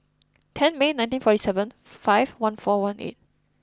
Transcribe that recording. ten May nineteen forty seven five one four one eight